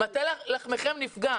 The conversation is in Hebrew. מטה לחמכם נפגע.